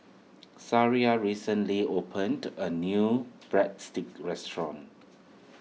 Sariah recently opened a new Breadsticks restaurant